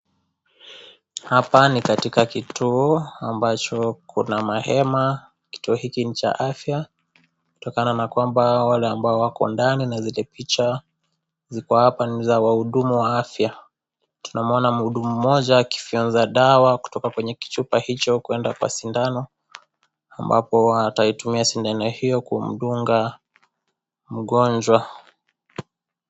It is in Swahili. Hapa ni katika kituo ambacho kuna mahema kituo hiki ni cha afya kutokana na kwamba, wale ambao wako ndani na zile picha ziko hapa niza wahudumu wa afya, tunamuona mhudumu mmjoa akifyonza dawa kutoka kwenye kichupa hicho kuenda kwa sindano, ambapo ataitumia sindano hio kumdunga mgonjwa.